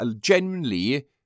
Genuinely